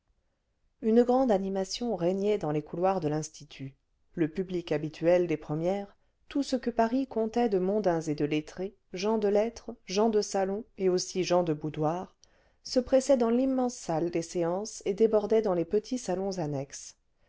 une grande animation régnait dans les couloirs de l'institut le public habituel clés premières tout ce que paris comptait cle mondains et de lettrés gens de lettres gens cle salons et aussi geus de boudoirs se pressait dans l'immense salle des séances et débordait dans les petits salons annexes